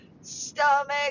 stomach